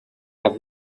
have